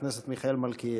חבר הכנסת מיכאל מלכיאלי.